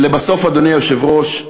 ולבסוף, אדוני היושב-ראש,